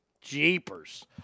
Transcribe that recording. Jeepers